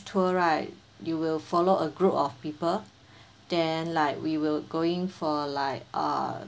tour right you will follow a group of people then like we will going for like err